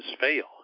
fail